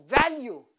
value